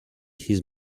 his